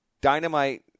dynamite